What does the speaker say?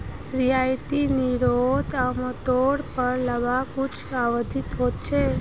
रियायती रिनोत आमतौर पर लंबा छुट अवधी होचे